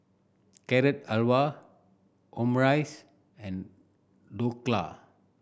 Carrot Halwa Omurice and Dhokla